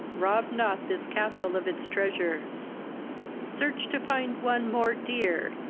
rob not this castle of its treasure search to find one more dear,